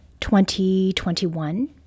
2021